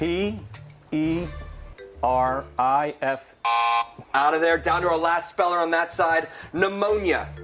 p e r i f out of there, down to our last speller on that side. pneumonia.